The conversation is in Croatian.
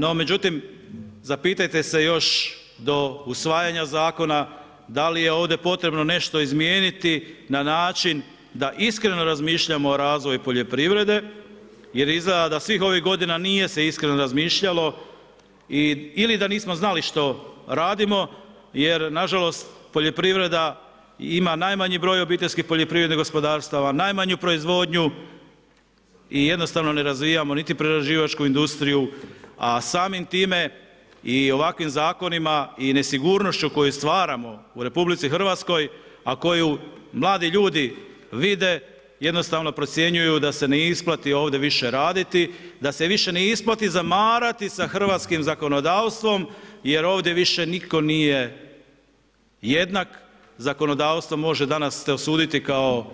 No međutim, zapitajte se još do usvajanja Zakona da li je ovdje potrebno nešto izmijeniti na način da iskreno razmišljamo o razvoju poljoprivrede jer izgleda da svih ovih godina nije se iskreno razmišljalo ili da nismo znali što radimo jer nažalost, poljoprivreda ima najmanji broj OPG-ova, najmanju proizvodnju i jednostavno ne razvijamo niti prerađivačku industriju, a samim time i ovakvim zakonima i nesigurnošću koju stvaramo u RH, a koju mladi ljudi vide, jednostavno procjenjuju da se ne isplati ovdje više raditi, da se više ne isplati zamarati sa hrvatskim zakonodavstvom jer ovdje više nitko nije jednak, zakonodavstvo može danas te osuditi kao